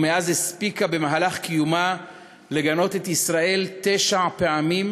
ומאז הספיקה במהלך קיומה לגנות את ישראל תשע פעמים